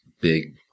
big